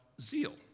zeal